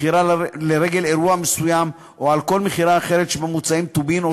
מכירה לרגל אירוע מסוים או על כל מכירה אחרת שבה מוצעים טובין או